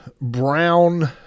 Brown